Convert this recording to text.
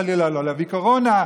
חלילה לא להביא קורונה,